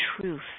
truth